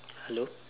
hello